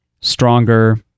stronger